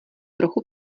trochu